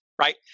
right